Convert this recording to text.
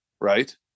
right